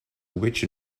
witch